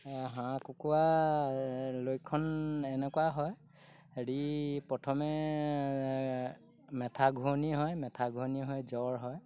হাঁহ কুকুৰা লক্ষণ এনেকুৱা হয় হেৰি প্ৰথমে মাথা ঘূৰণি হয় মাথা ঘূৰণি হয় জ্বৰ হয়